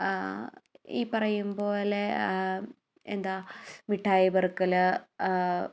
ഈ പറയുമ്പോലെ എന്താ മിഠായി പെറുക്കൽ